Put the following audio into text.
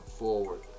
forward